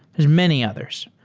there's many others.